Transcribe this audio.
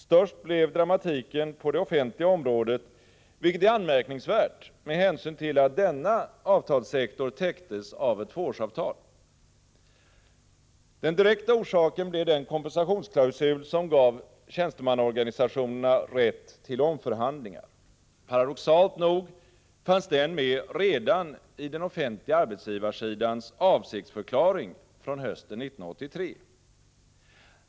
Störst blev dramatiken på det offentliga området, vilket är anmärkningsvärt med hänsyn till att denna avtalssektor täcktes av ett tvåårsavtal. Den direkta orsaken blev den kompensationsklausul som gav tjänstemannaorganisationerna rätt till omförhandlingar. Paradoxalt nog fanns denna med redan i den offentliga arbetsgivarsidans avsiktsförklaring från hösten 1983.